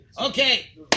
Okay